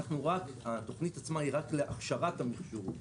שהתוכנית עצמה היא רק להכשרת המכשור,